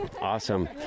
Awesome